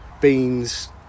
beans